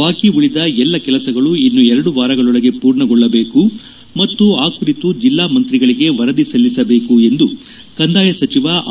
ಬಾಕಿ ಉಳಿದ ಎಲ್ಲಾ ಕೆಲಸಗಳು ಇನ್ನು ಎರಡು ವಾರಗಳೊಳಗೆ ಪೂರ್ಣಗೊಳ್ಳಬೇಕು ಮತ್ತು ಆ ಕುರಿತು ಜಿಲ್ಡಾ ಮಂತ್ರಿಗಳಿಗೆ ವರದಿ ಸಲ್ಲಿಸಬೇಕು ಎಂದು ಕಂದಾಯ ಸಚಿವ ಆರ್